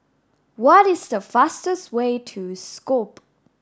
what is the fastest way to Skopje